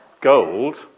Gold